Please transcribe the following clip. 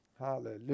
Hallelujah